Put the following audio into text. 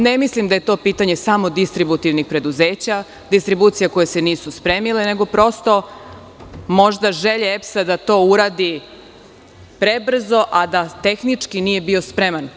Ne mislim da je to pitanje samo distributivnih preduzeća, distribucije koje se nisu spremile, nego prosto možda želje EPS da se to uradi prebrzo, a da tehnički nije bio spreman.